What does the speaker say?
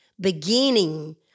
beginning